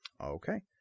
Okay